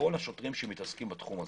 לכל השוטרים שמתעסקים בתחום הזה.